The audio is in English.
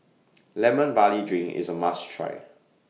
Lemon Barley Drink IS A must Try